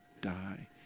die